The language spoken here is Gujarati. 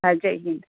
હા જય જી